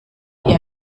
ihr